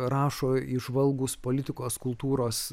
rašo įžvalgūs politikos kultūros